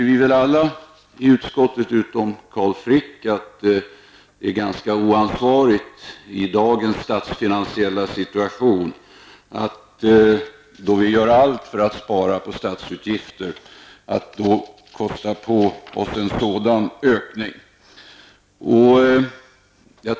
Vi i utskottet, utom Carl Frick, är överens om att det är ganska oansvarigt att i dagens statsfinansiella läge, då man bör göra allt för att spara på statsutgifter, belasta statskassan med en sådan kostnadsökning.